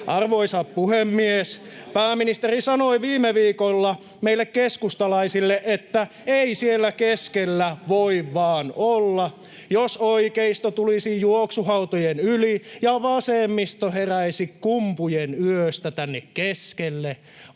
Arvoisa puhemies! Pääministeri sanoi viime viikolla meille keskustalaisille, että "ei siellä keskellä voi vaan olla". Jos oikeisto tulisi juoksuhautojen yli ja vasemmisto heräisi kumpujen yöstä tänne keskelle